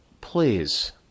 Please